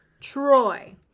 Troy